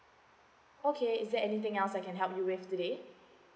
okay is there anything else I can help you with today